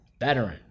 Veteran